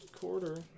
quarter